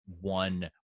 one